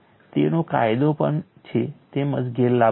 તેનો ફાયદો પણ છે તેમજ ગેરલાભ પણ છે